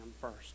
first